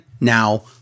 now